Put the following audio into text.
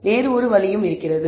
வேறு ஒரு வழியும் இருக்கிறது